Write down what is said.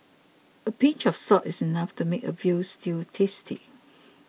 a pinch of salt is enough to make a Veal Stew tasty